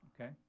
Okay